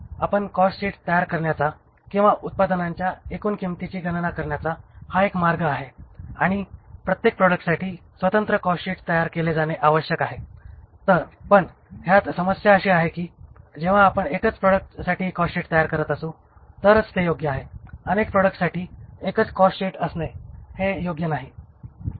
तर कॉस्टशीट तयार करण्याचा किंवा उत्पादनांच्या एकूण किंमतीची गणना करण्याचा हा एक मार्ग आहे आणि प्रत्येक प्रॉडक्टसाठी स्वतंत्र कॉस्ट शीट तयार केले जाणे आवश्यक आहे पण ह्यात समस्या अशी आहे कि जेव्हा आपण फक्त एकाच प्रॉडक्ट साठी कॉस्टशीट तयार करत असू तरच हे योग्य आहे अनेक प्रॉडक्ट्स साठी एकच कॉस्ट शीट असणे योग्य नाही